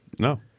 No